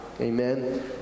Amen